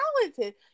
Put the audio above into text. talented